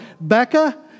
Becca